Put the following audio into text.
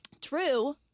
True